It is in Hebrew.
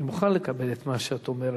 אני מוכן לקבל את מה שאת אומרת,